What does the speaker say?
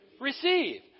receive